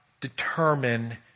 determine